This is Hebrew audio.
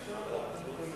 שיעבור.